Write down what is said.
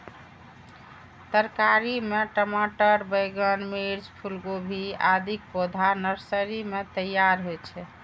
तरकारी मे टमाटर, बैंगन, मिर्च, फूलगोभी, आदिक पौधा नर्सरी मे तैयार होइ छै